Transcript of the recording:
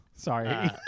Sorry